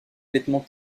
vêtements